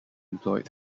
employed